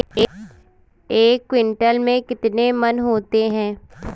एक क्विंटल में कितने मन होते हैं?